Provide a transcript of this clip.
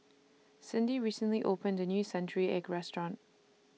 Cindy recently opened A New Century Egg Restaurant